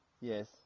yes